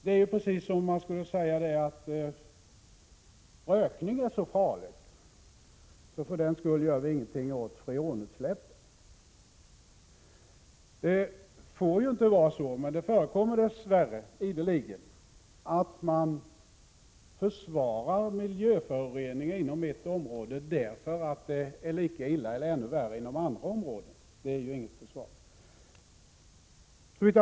Det är precis som om man skulle säga att rökning är så farligt så att för den skull gör vi ingenting åt freonutsläppen. Det får inte vara så, men det förekommer dess värre ideligen att man försvarar miljöföroreningar inom ett område därför att det är lika illa eller ännu värre inom andra områden. Det är ju inget försvar.